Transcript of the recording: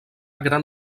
gran